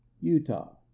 Utah